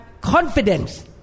confidence